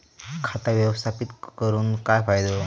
खाता व्यवस्थापित करून काय फायदो?